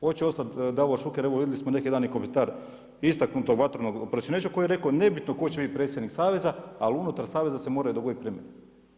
Hoće ostat Davor Šuker, evo vidjeli smo neki dan i komentar istaknutog vatrenog Prosinečkog, koji je rekao nebitno tko će biti predsjednik Saveza ali unutar Saveza se moraju dogoditi promjene.